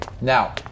Now